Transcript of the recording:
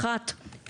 אחת,